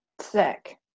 Sick